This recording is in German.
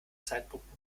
zeitpunkt